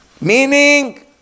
Meaning